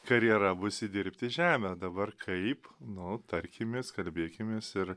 karjera bus įdirbti žemę dabar kaip nu tarkimės kalbėkimės ir